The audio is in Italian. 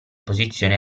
posizione